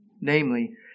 Namely